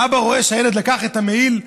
האבא רואה שהילד לקח את המעיל,